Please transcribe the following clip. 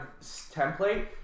template